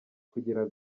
kugira